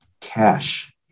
cash